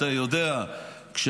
אבל עברה כמעט שנה,